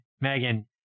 Megan